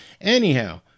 anyhow